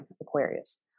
aquarius